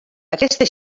aquesta